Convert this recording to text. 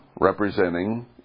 representing